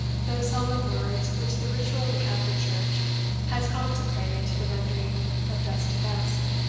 those solemn words which the ritual of the catholic church has consecrated to the rendering of dust to dust.